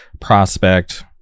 Prospect